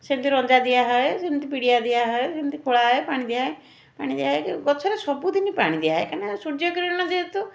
ସେମତି ରଞ୍ଜା ଦିଆ ହୁଏ ସେମତି ପିଡ଼ିଆ ଦିଆ ହୁଏ ସେମତି ଖୋଳା ହୁଏ ପାଣି ଦିଆ ହୁଏ ପାଣି ଦିଆ ହେଇକି ଗଛରେ ସବୁଦିନ ପାଣି ଦିଆ ହୁଏ କାଇଁନା ସୂର୍ଯ୍ୟକିରଣ ଯେହେତୁ